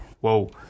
whoa